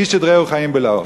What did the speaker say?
"איש את רעהו חיים בלעו".